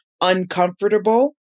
uncomfortable